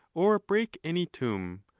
or break any tomb,